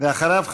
ואחריו,